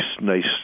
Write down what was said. nice